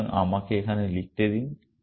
সুতরাং আমাকে এখানে লিখতে দিন